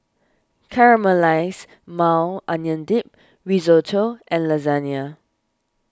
Caramelized Maui Onion Dip Risotto and Lasagne